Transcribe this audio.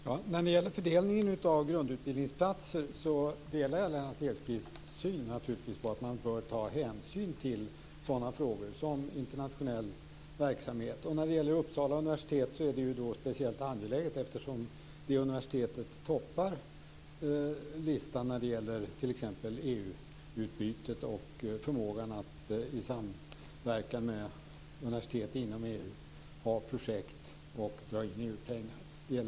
Herr talman! När det gäller fördelningen av grundutbildningsplatser delar jag naturligtvis Lennart Hedquists syn, att man bör ta hänsyn till sådana frågor som internationell verksamhet. För Uppsala universitet är det speciellt angeläget, eftersom det universitetet toppar listan när det gäller t.ex. EU-utbytet och förmågan att i samverkan med universitet inom EU ha projekt och dra in EU-pengar.